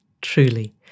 Truly